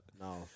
No